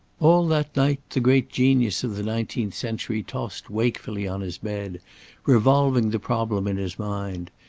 all that night, the great genius of the nineteenth century tossed wakefully on his bed revolving the problem in his mind.